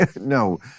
No